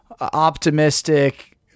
optimistic